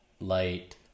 light